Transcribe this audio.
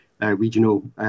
regional